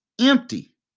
empty